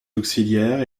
auxiliaires